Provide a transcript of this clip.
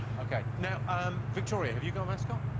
okay now um victoria have you got mascot?